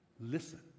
Listen